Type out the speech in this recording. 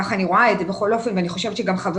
כך בכל אופן אני רואה את זה ואני חושבת שגם חבריי